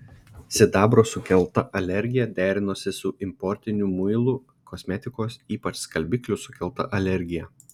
sidabro sukelta alergija derinosi su importinių muilų kosmetikos ypač skalbiklių sukelta alergija